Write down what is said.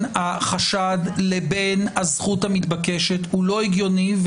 החשד לבין הזכות המתבקשת הוא לא הגיוני,